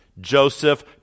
Joseph